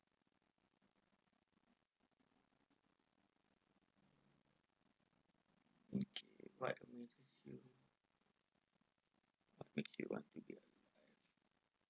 what to make you what makes you want to be